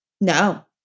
No